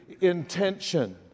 intention